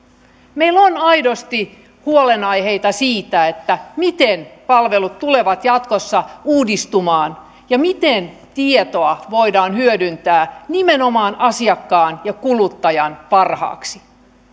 meillä on aidosti huolenaiheita siitä miten palvelut tulevat jatkossa uudistumaan miten tietoa voidaan hyödyntää nimenomaan asiakkaan ja kuluttajan parhaaksi ja